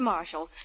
Marshall